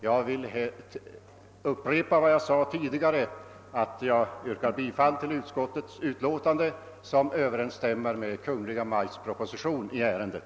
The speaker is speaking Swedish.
Jag upprepar mitt tidigare yrkande om bifall till utskottets hemställan, som «överensstämmer med Kungl. Maj:ts proposition i ärendet.